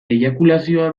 eiakulazioa